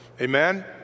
Amen